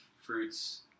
fruits